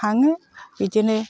थाङो बिदिनो